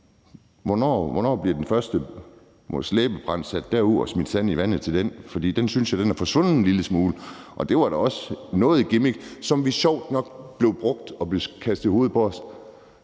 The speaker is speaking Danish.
Hvornår bliver den første slæbepram sat derud, og hvornår bliver der smidt sand i vandet til den? Den synes jeg er forsvundet en lille smule, og det var da også noget af en gimmick, som sjovt nok blev brugt og kastet i hovedet på os